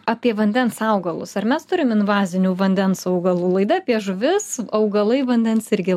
apie vandens augalus ar mes turim invazinių vandens augalų laida apie žuvis augalai vandens irgi